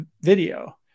video